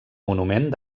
monument